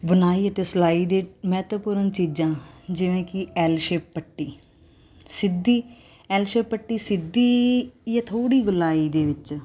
ਬੁਨਾਈ ਅਤੇ ਸਲਾਈ ਦੇ ਮਹੱਤਵਪੂਰਨ ਚੀਜ਼ਾਂ ਜਿਵੇਂ ਕੀ ਐੱਲ ਸ਼ੇਪ ਪੱਟੀ ਸਿੱਧੀ ਐੱਲ ਸ਼ੇਪ ਪੱਟੀ ਸਿੱਧੀ ਜਾਂ ਥੋੜੀ ਗੋਲਾਈ ਦੇ ਵਿੱਚ